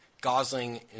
Gosling